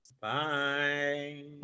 Bye